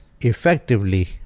effectively